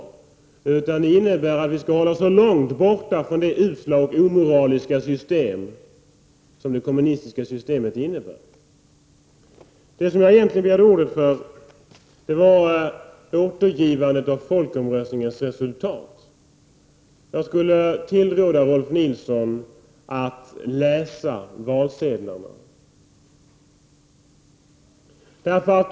Det innebär i stället att vi skall hålla oss så långt borta från det usla och omoraliska system som det kommunistiska systemet är. Jag begärde egentligen ordet med anledning av återgivandet av folkomröstningens resultat. Jag skulle vilja tillråda Rolf L Nilson att läsa valsedlarna.